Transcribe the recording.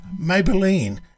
Maybelline